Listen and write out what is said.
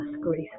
grace